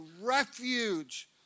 refuge